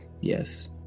yes